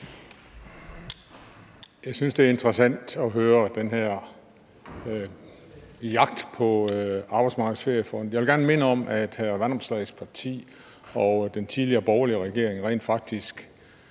Jeg synes, det er interessant at høre den her jagt på Arbejdsmarkedets Feriefond. Jeg vil gerne minde om, at hr. Alex Vanopslaghs parti og den tidligere borgerlige regering rent faktisk